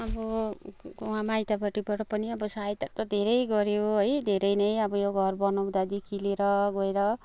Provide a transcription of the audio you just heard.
अब वहाँ माइतपट्टिबाट पनि अब सहायता त धेरै गऱ्यो है धेरै नै अब यो घर बनाउँदादेखि लिएर गएर